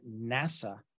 nasa